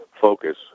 focus